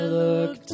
look